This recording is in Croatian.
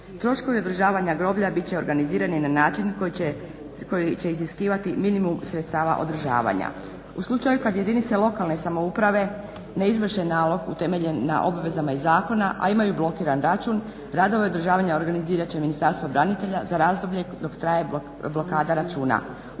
Troškovi održavanja groblja bit će organizirani na način koji će iziskivati minimum sredstava održavanja. U slučaju kad jedinice lokalne samouprave ne izvrše nalog utemeljen na obvezama iz zakona, a imaju blokiran račun radove održavanja organizirat će Ministarstvo branitelja za razdoblje dok traje blokada računa.